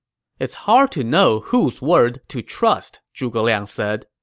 it's hard to know whose word to trust, zhuge liang said.